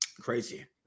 crazy